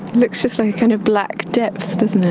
looks just like a kind of black depth,